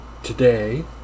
Today